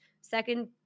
second